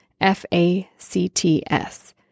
F-A-C-T-S